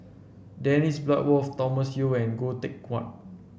Dennis Bloodworth Thomas Yeo and Goh Teck Phuan